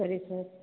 சரி சார்